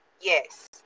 Yes